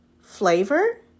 Flavor